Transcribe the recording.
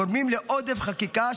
גורמת לעודף חקיקה,